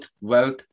wealth